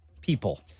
people